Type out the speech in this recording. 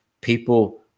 People